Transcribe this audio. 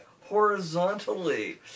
horizontally